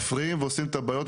החוק אומר,